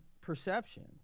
perception